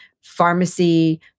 pharmacy